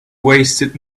wasted